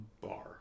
bar